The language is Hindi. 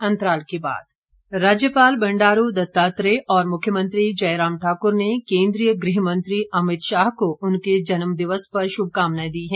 अमित शाह राज्यपाल बंडारू दत्तात्रेय और मुख्यमंत्री जयराम ठाक्र ने केन्द्रीय गृह मंत्री अमित शाह को उनके जन्मदिवस पर शुभकामनाएं दी हैं